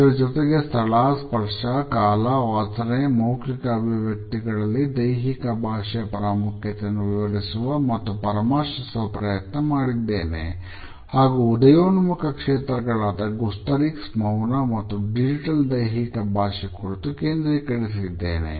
ಇದರ ಜೊತೆಗೆ ಸ್ಥಳ ಸ್ಪರ್ಶ ಕಾಲ ವಾಸನೆ ಮೌಖಿಕ ಅಭಿವ್ಯಕ್ತಿ ಗಳಲ್ಲಿ ದೈಹಿಕ ಭಾಷೆಯ ಪ್ರಾಮುಖ್ಯತೆಯನ್ನು ವಿವರಿಸುವ ಮತ್ತು ಪರಾಮರ್ಶಿಸುವ ಪ್ರಯತ್ನ ಮಾಡಿದ್ದೇನೆ ಹಾಗೂ ಉದಯೋನ್ಮುಖ ಕ್ಷೇತ್ರಗಳಾದ ಗುಸ್ಟಾರಿಕ್ಸ್ ಮೌನ ಮತ್ತು ಡಿಜಿಟಲ್ ದೈಹಿಕ ಭಾಷೆಯ ಕುರಿತು ಕೇಂದ್ರೀಕರಿಸಿ ದ್ದೇನೆ